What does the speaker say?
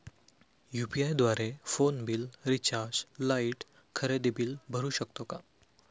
UPI द्वारे phone bill, recharge, light, खरेदी bill भरू शकतो का?